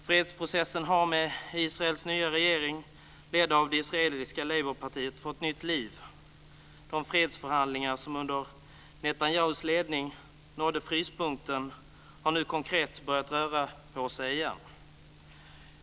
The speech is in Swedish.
Fredsprocessen har med Israels nya regering, ledd av det israeliska Labourpartiet, fått nytt liv. De fredsförhandlingar som under Netanyahus ledning nådde fryspunkten har nu konkret börjat röra på sig igen.